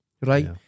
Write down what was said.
right